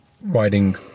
riding